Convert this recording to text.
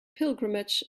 pilgrimage